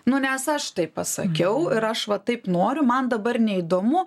nu nes aš taip pasakiau ir aš va taip noriu man dabar neįdomu